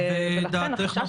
אם יש